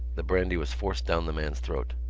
the brandy was forced down the man's throat.